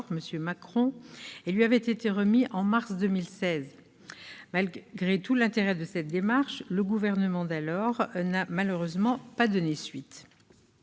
M. Macron, et lui avait été remis en mars 2016. Malgré tout l'intérêt de cette démarche, le gouvernement d'alors n'a malheureusement pas donné suite.